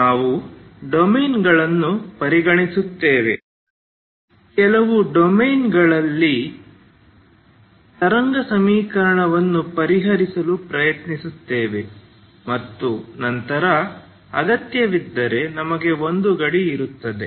ನಾವು ಡೊಮೇನ್ಗಳನ್ನು ಪರಿಗಣಿಸುತ್ತೇವೆ ಕೆಲವು ಡೊಮೇನ್ಗಳಲ್ಲಿ ತರಂಗ ಸಮೀಕರಣವನ್ನು ಪರಿಹರಿಸಲು ಪ್ರಯತ್ನಿಸುತ್ತೇವೆ ಮತ್ತು ನಂತರ ಅಗತ್ಯವಿದ್ದರೆ ನಮಗೆ ಒಂದು ಗಡಿ ಇರುತ್ತದೆ